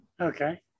Okay